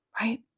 right